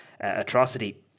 atrocity